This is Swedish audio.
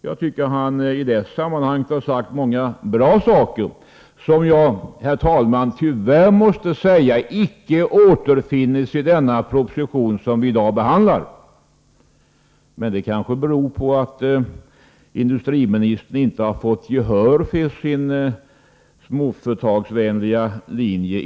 Jag anser att han i det sammanhanget har sagt många bra saker, som jag, herr talman, tyvärr måste konstatera icke återfinns i den proposition som vi i dag behandlar. Men det kanske beror på att industriministern inte inom regeringskretsen har fått gehör för sin småföretagsvänliga linje.